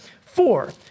four